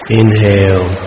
inhale